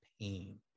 pain